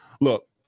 look